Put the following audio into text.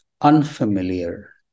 unfamiliar